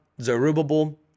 zerubbabel